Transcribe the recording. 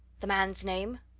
the man's name?